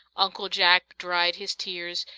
uncle jack dried his tears,